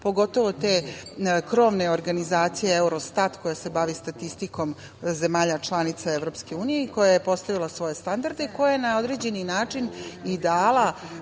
pogotovo te krovne organizacije Eurostat koja se bavi statistikom zemalja članica EU i koja je postavila svoje standarde i koja je na određeni način i dala